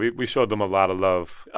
we we showed them a lot of love.